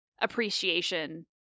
appreciation